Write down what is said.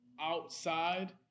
outside